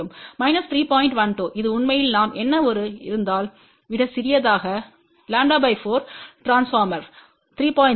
12 இது உண்மையில் நாம் என்ன ஒரு இருந்ததால் விட சிறியதாகλ 4 டிரான்ஸ்பார்மர் 3